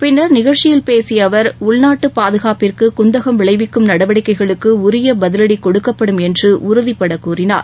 பின்னர் நிகழ்ச்சியில் பேசிய அவர் உள்நாட்டு பாதுகாப்பிற்கு குந்தகம் விளைவிக்கும் நடவடிக்கைகளுக்கு உரிய பதிலடி கொடுக்கப்படும் என்று உறுதிபட கூறினார்